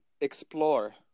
explore